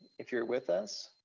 if you're with us.